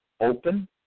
open